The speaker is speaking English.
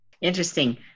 Interesting